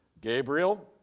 Gabriel